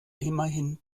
immerhin